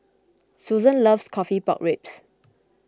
Susan loves Coffee Pork Ribs